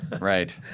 Right